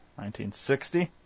1960